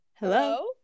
Hello